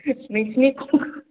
नोंसिनि